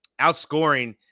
outscoring